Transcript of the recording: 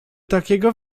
takiego